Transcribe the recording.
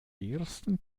ersten